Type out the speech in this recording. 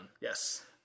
Yes